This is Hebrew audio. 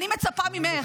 אני מצפה ממך,